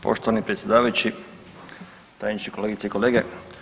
Poštovani predsjedavajući, tajniče, kolegice i kolege.